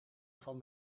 van